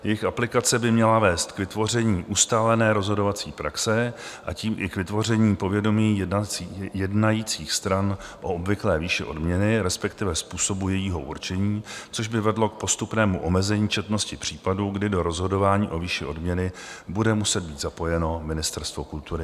Jejich aplikace by měla vést k vytvoření ustavené rozhodovací praxe a tím i k vytvoření povědomí jednajících stran o obvyklé výši odměny, respektive způsobu jejího určení, což by vedlo k postupnému omezení četnosti případů, kdy do rozhodování o výši odměny bude muset být zapojeno Ministerstvo kultury.